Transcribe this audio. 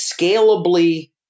scalably